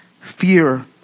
fear